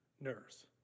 nurse